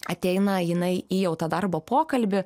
ateina jinai į jau tą darbo pokalbį